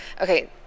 okay